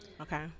Okay